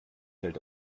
fällt